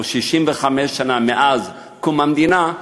או 65 השנה מאז קום המדינה,